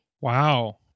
Wow